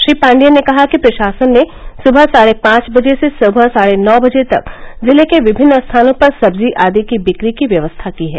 श्री पांडियन ने कहा कि प्रशासन ने सुबह साढ़े पांच बजे से सुबह साढ़े नौ बजे तक जिले के विभिन्न स्थानों पर सब्जी आदि की बिक्री की व्यवस्था की है